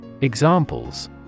Examples